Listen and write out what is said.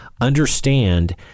understand